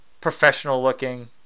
professional-looking